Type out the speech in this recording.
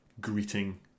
greeting